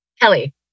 Kelly